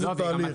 איזה תהליך.